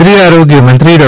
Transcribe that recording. કેન્દ્રીય આરોગ્ય મંત્રી ડો